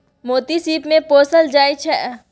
मोती सिप मे पोसल जाइ छै